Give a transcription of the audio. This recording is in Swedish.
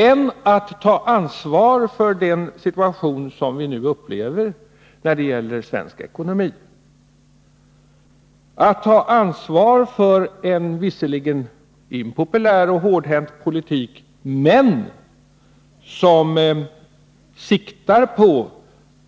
än att ta ansvar för den situation som vi nu upplever när det gäller svensk ekonomi, att ta ansvar för en politik som visserligen är impopulär och hårdhänt men som ändå siktar till